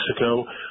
Mexico